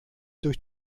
durch